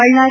Ballari